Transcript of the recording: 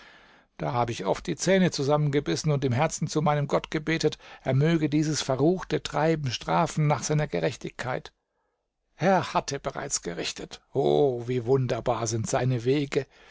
da hab ich oft die zähne zusammengebissen und im herzen zu meinem gott gebetet er möge dieses verruchte treiben strafen nach seiner gerechtigkeit er hatte bereits gerichtet o wie wunderbar sind seine wege